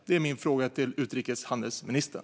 Det är min fråga till utrikeshandelsministern.